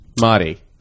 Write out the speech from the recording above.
Marty